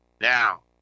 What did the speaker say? Now